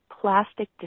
plastic